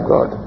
God